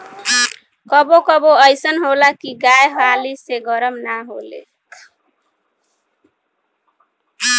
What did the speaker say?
कबो कबो अइसन होला की गाय हाली से गरम ना होले